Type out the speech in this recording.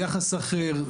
יחס אחר,